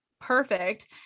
perfect